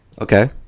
Okay